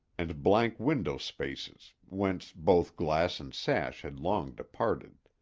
and blank window spaces, whence both glass and sash had long departed.